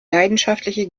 leidenschaftliche